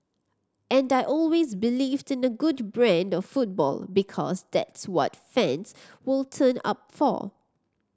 and I always believed in a good brand of football because that's what fans will turn up for